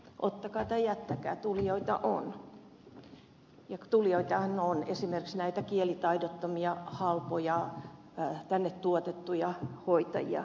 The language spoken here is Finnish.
ottakaa tai jättäkää tulijoita on ja tulijoitahan on esimerkiksi näitä kielitaidottomia halpoja tänne tuotettuja hoitajia